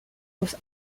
was